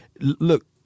look